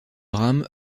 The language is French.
rames